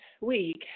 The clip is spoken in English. week